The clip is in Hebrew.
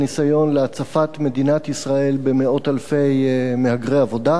והניסיון להצפת מדינת ישראל במאות אלפי מהגרי עבודה,